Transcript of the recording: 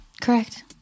Correct